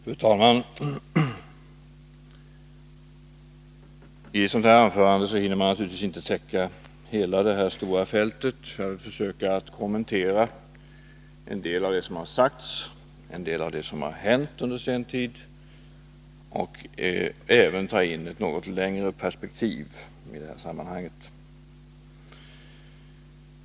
Fru talman! I ett sådant här anförande hinner man naturligtvis inte täcka hela det stora energifältet. Jag skall försöka att kommentera en del av det som har sagts och en del av det som har hänt under senare tid och inledningsvis även ta in ett något längre perspektiv i sammanhanget.